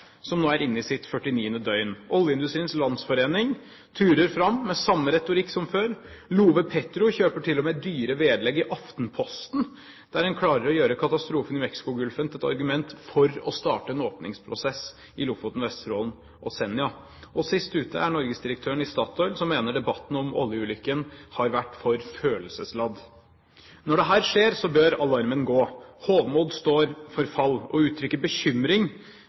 som nå er inne i sitt 49. døgn. Oljeindustriens Landsforening turer fram med samme retorikk som før. LoVe Petro kjøper til og med dyre vedlegg i Aftenposten, der en klarer å gjøre katastrofen i Mexicogolfen til et argument for å starte en åpningsprosess i Lofoten og Vesterålen, og på Senja. Sist ute er direktøren i Statoil Norge, som mener debatten om oljeulykken har vært for følelsesladd. Når dette skjer, bør alarmen gå. Hovmod står for fall. Å uttrykke bekymring